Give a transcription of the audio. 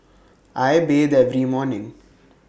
I bathe every morning